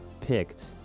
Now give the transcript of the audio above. picked